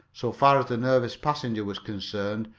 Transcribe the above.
so far as the nervous passenger was concerned,